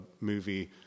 movie